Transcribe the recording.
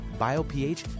BioPH